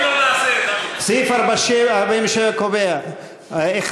סעיף 47 קובע: "(1)